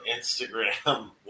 Instagram